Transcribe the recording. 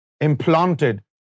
implanted